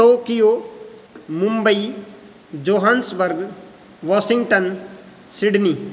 Tokyo Mumbai Johannesburg Washington Sydney